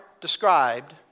described